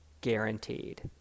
guaranteed